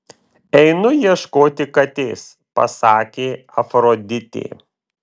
einu ieškoti katės pasakė afroditė